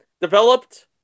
developed